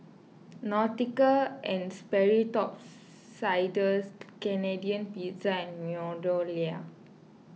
Nautica and Sperry Top Siders Canadian Pizza and MeadowLea